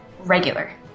Regular